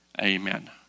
amen